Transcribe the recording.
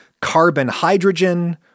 carbon-hydrogen